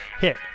hit